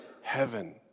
heaven